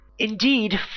Indeed